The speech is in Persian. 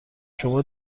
شما